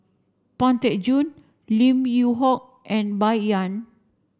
Pang Teck Joon Lim Yew Hock and Bai Yan